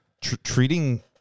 treating